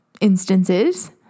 instances